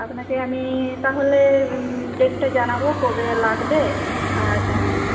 আপনাকে আমি তাহলে ডেটটা জানাবো কবে লাগবে আর